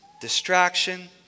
distraction